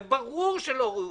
זה ברור שהם לא ראויים.